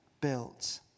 built